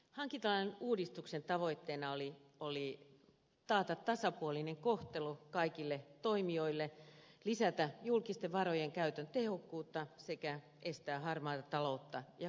hankintalain uudistuksen tavoitteena oli taata tasapuolinen kohtelu kaikille toimijoille lisätä julkisten varojen käytön tehokkuutta sekä estää harmaata taloutta ja korruptiota